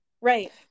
right